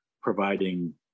providing